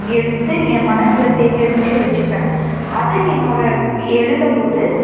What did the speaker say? எடுத்து ஏ மனசில் சேகரிச்சு வச்சுப்பேன் அதை என்னோட எழுதம்போது